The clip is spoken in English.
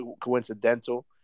coincidental